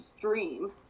dream